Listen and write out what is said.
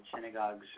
synagogues